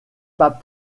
pas